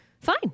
fine